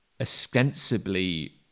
ostensibly